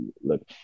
look